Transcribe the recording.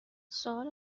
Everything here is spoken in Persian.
سوال